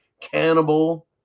cannibal